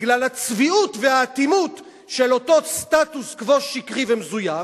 בגלל הצביעות והאטימות של אותו סטטוס-קוו שקרי ומזויף,